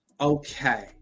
okay